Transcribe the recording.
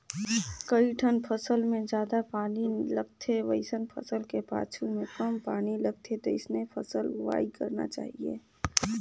कइठन फसल मे जादा पानी लगथे वइसन फसल के पाछू में कम पानी लगथे तइसने फसल बोवाई करना चाहीये